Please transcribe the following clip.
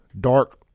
dark